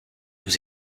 nous